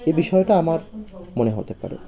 এ বিষয়টা আমার মনে হতে পারে